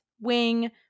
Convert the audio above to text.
Wing